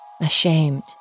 Ashamed